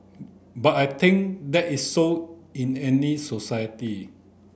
but I think that is so in any society